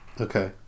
Okay